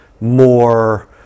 more